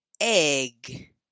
egg